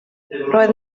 roedd